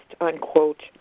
unquote